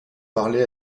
parler